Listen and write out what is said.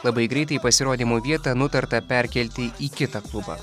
labai greitai pasirodymo vietą nutarta perkelti į kitą klubą